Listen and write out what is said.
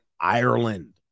Ireland